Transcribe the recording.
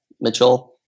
Mitchell